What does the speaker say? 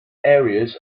areas